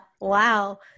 Wow